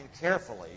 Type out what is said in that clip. carefully